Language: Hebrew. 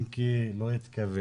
אם כי הוא לא התכוון,